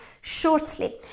shortly